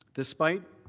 despite